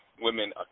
women